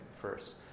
first